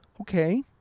okay